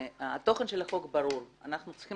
התוכן של החוק ברור אנחנו צריכים